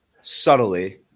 Subtly